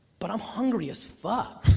but i'm hungry as fuck.